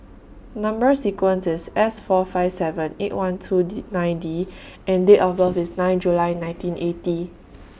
Number sequence IS S four five seven eight one two D nine D and Date of birth IS nine July nineteen eighty